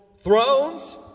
thrones